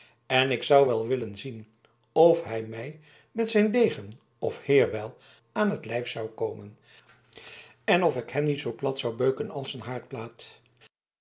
en ik zou wel willen zien of hij mij met zijn degen of heirbijl aan t lijf zou komen en of ik hem niet zoo plat zou beuken als